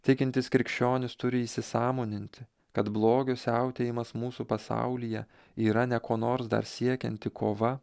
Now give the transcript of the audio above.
tikintis krikščionis turi įsisąmoninti kad blogio siautėjimas mūsų pasaulyje yra ne ko nors dar siekianti kova